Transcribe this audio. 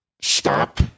stop